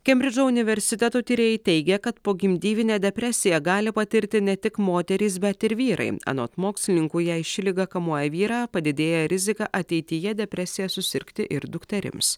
kembridžo universiteto tyrėjai teigia kad pogimdyvinę depresiją gali patirti ne tik moterys bet ir vyrai anot mokslininkų jei ši liga kamuoja vyrą padidėja rizika ateityje depresija susirgti ir dukterims